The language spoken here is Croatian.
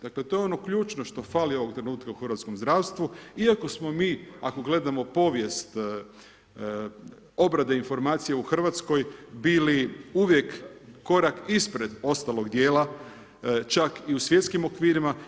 Dakle, to je ono ključno što fali ovog trenutka u hrvatskom zdravstvu iako smo mi, ako gledamo povijest obrade informacija u RH bili uvijek korak ispred ostalog dijela, čak i u svjetskim okvirima.